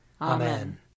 Amen